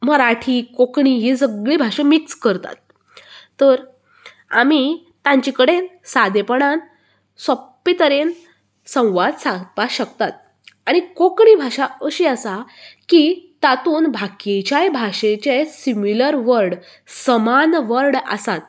मराठी कोंकणी हीं सगळीं भाशां मिक्स करतात तर आमी तांचे कडेन सादेपणान सोप्पे तरेन संवाद सादपाक शकतात आनी कोंकणी भाशा अशी आसा की तातूंत बाकिच्याय भाशेचें सिमीलर वर्ड समान वर्ड आसात